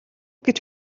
гэж